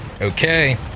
Okay